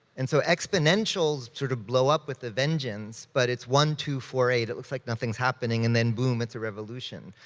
and so exponentials sort of blow up with a vengeance, but it's one, two, four, eight, it looks like nothing's happening, and then boom, it's a revolution.